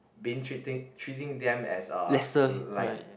being treating treating them as a like